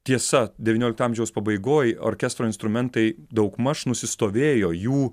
tiesa devyniolikto amžiaus pabaigoj orkestro instrumentai daugmaž nusistovėjo jų